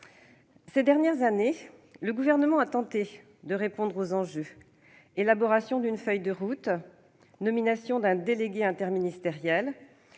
Ces dernières années, le Gouvernement a tenté de répondre aux enjeux : élaboration d'une feuille de route, nomination d'un délégué interministériel,